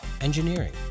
engineering